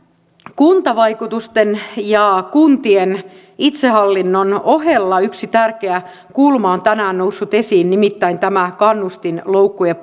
kuntavaikutusten ja kuntien itsehallinnon ohella yksi tärkeä kulma on tänään noussut esiin nimittäin tämä kannustinloukkujen